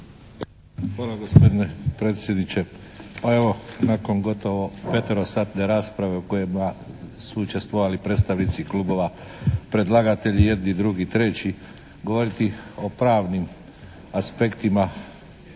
Hvala, gospodine predsjedniče. Pa evo, nakon gotovo peterosatne rasprave u kojoj su učestvovali predstavnici klubova, predlagatelji jedni, drugi, treći govoriti o pravnim aspektima